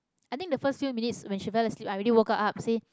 I think the first few minutes when she fell asleep I already woke her up say